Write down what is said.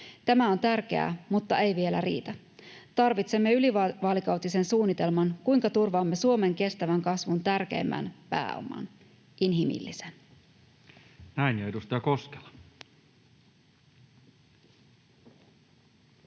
Tämä on tärkeää mutta ei vielä riitä. Tarvitsemme ylivaalikautisen suunnitelman siitä, kuinka turvaamme Suomen kestävän kasvun tärkeimmän pääoman — inhimillisen. Näin. — Ja edustaja Koskela.